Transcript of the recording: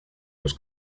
los